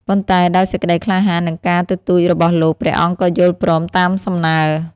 ប៉ុន្តែដោយសេចក្ដីក្លាហាន និងការទទូចរបស់លោក ព្រះអង្គក៏យល់ព្រមតាមសំណើ។